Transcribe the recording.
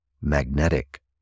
magnetic